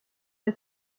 fue